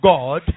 God